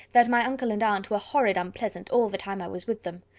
that my uncle and aunt were horrid unpleasant all the time i was with them.